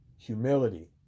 humility